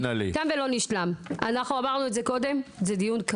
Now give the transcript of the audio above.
אתם אומרים שבממשלה הזו אין מספיק ייצוג לנשים,